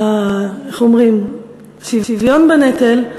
איך אומרים, השוויון בנטל,